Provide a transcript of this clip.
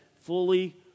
fully